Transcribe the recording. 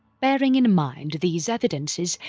bearing in mind these evidences,